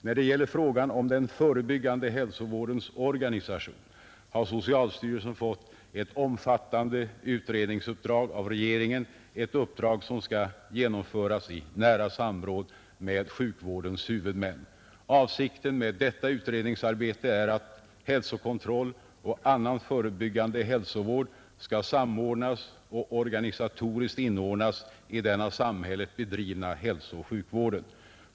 När det gäller frågan om den förebyggande hälsovårdens organisation har socialstyrelsen fått ett omfattande utredningsuppdrag av regeringen — ett uppdrag som skall genomföras i nära samråd med sjukvårdens huvudmän. Avsikten med detta utredningsarbete är att hälsokontroll och annan förebyggande hälsovård skall samordnas och organisatoriskt inordnas i den av samhället bedrivna hälsooch sjukvården.